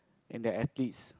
and their athletes